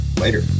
Later